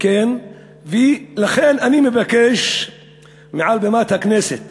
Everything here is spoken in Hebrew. לכן אני מבקש מעל בימת הכנסת